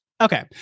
Okay